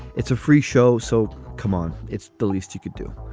it's a free show so come on it's the least you could do.